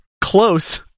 Close